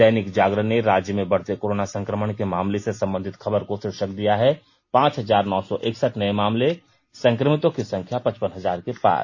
दैनिक जागरण ने राज्य में बढ़ते कोरोना संक्रमण के मामले से संबधित खबर को शीर्षक दिया है पांच हजार नौ सौ एकसठ नए मामले संक्रमितों की संख्या पचपन हजार के पार